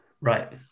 Right